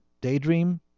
daydream